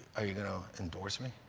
are you going to endorse me?